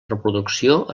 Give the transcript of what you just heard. reproducció